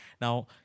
now